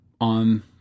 on